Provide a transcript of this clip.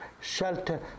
shelter